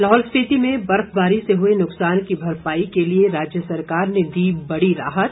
लाहौल स्पिति में बर्फबारी से हुए नुकसान की भरपाई के लिए राज्य सरकार ने दी बड़ी राहत